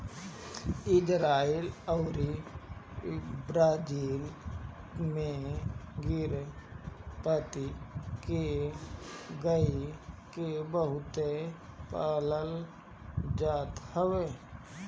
Israel अउरी Brazil में गिर प्रजति के गाई के बहुते पालल जात हवे